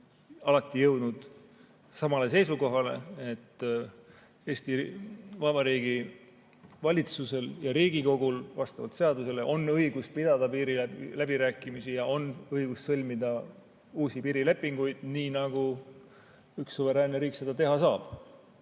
alati jõudnud seisukohale, et Eesti Vabariigi valitsusel ja Riigikogul on vastavalt seadusele õigus pidada piiriläbirääkimisi ja sõlmida uusi piirilepinguid, nii nagu üks suveräänne riik seda teha saab.